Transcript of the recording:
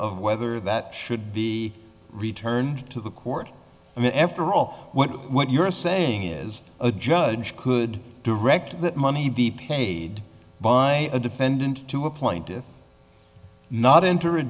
of whether that should be returned to the court i mean after all what you're saying is a judge could direct that money be paid by the defendant to a point if not enter a